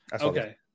Okay